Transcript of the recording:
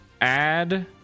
Add